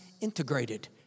integrated